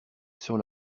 sur